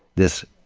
this,